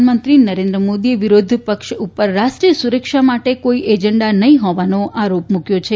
પ્રધાનમંત્રી નરેન્દ્ર મોદીએ વિરોધપક્ષ ઉપર રાષ્ટ્રીય સુરક્ષા માટે કોઇ એજન્ડા નહીં હોવાનો આરોપ મૂક્યો છે